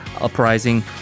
Uprising